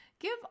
Give